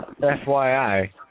FYI